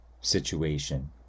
situation